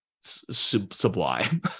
sublime